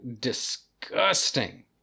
disgusting